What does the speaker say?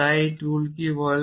তাই এই টুল কি বলে